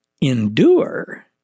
endure